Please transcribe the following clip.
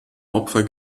opfer